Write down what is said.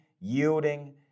yielding